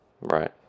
right